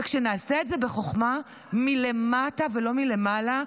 וכשנעשה את זה בחוכמה, מלמטה ולא מלמעלה,